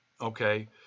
okay